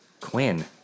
Quinn